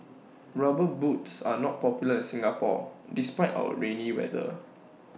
rubber boots are not popular in Singapore despite our rainy weather